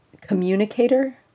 communicator